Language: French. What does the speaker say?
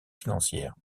financières